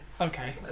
Okay